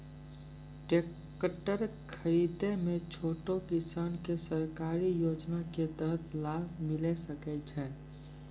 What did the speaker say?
Tractor खरीदै मे छोटो किसान के सरकारी योजना के तहत लाभ मिलै सकै छै?